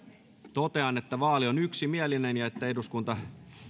totean että vaali on yksimielinen ja että eduskunta